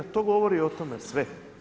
To govori o tome sve.